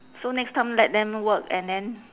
so next time let them work and then